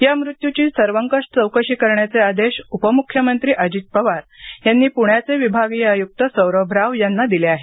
या मृत्यूची सर्वंकष चौकशी करण्याचे आदेश उपमुख्यमंत्री अजित पवार यांनी पुण्याचे विभागीय आयुक्त सौरभ राव यांना दिले आहेत